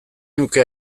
nuke